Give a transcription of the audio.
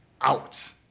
out